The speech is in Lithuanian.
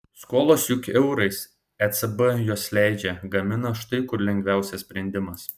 skolos juk eurais ecb juos leidžia gamina štai kur lengviausias sprendimas